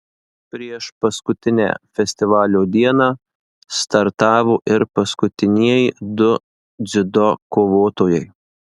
priešpaskutinę festivalio dieną startavo ir paskutinieji du dziudo kovotojai